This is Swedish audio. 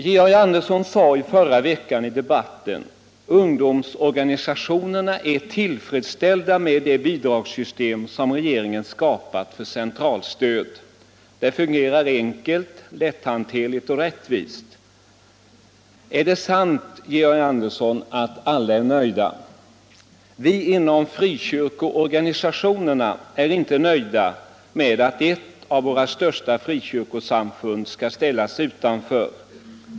Georg Andersson i Lycksele sade i debatten förra veckan att ungdomsorganisationerna är tillfredsställda med det bidragssystem som regeringen skapat för centralstöd och att det fungerar enkelt, lätthanterligt och rättvist. Är det helt sant, Georg Andersson, att alla är nöjda? Vi inom frikyrkoorganisationerna är inte nöjda med att ett av våra största frikyrkosamfund ställs utanför.